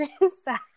inside